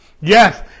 Yes